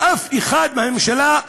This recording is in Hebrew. ולאף אחד בממשלה,